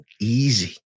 easy